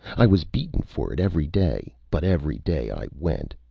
i was beaten for it every day, but every day i went.